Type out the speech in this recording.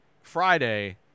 Friday